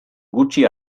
gutxi